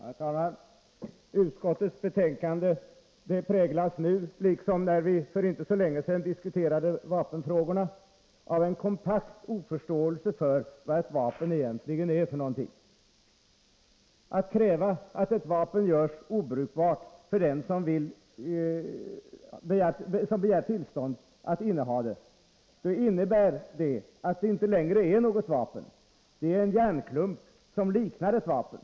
Herr talman! Utskottets betänkande präglas nu, liksom när vi för inte så länge sedan diskuterade vapenfrågorna, av en kompakt oförståelse för vad ett vapen egentligen är för något. Att kräva att ett vapen görs obrukbart för den som begär tillstånd att inneha det innebär att det inte längre är något vapen, det är en järnklump som liknar ett vapen.